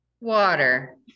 water